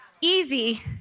Easy